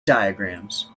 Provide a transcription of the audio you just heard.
diagrams